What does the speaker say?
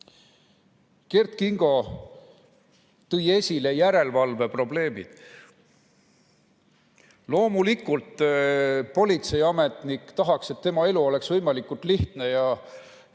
Kert Kingo tõi esile järelevalveprobleemid. Loomulikult tahaks politseiametnik, et tema elu oleks võimalikult lihtne ja